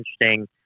interesting